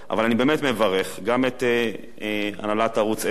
אבל אני באמת מברך גם את הנהלת ערוץ-10,